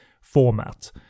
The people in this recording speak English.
format